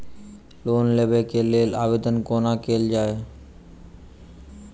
Loan लेबऽ कऽ लेल आवेदन कोना कैल जाइया?